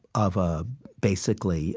of a basically